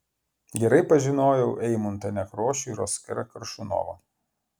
gerai pažinojau eimuntą nekrošių ir oskarą koršunovą